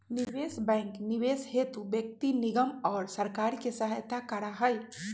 निवेश बैंक निवेश हेतु व्यक्ति निगम और सरकार के सहायता करा हई